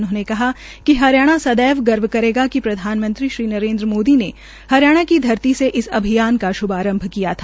उन्होंने कहा कि हरियाणा सदैव गर्व करेगा कि प्रधानमंत्री श्री नरेन्द्र मोदी ने हरियाणा की धरती से इस अभियान का श्रभारंभ किया था